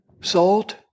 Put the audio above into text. salt